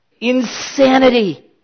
insanity